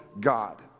God